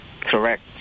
correct